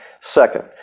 Second